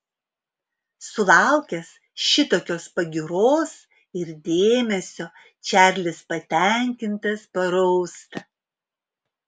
sulaukęs šitokios pagyros ir dėmesio čarlis patenkintas parausta